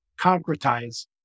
concretize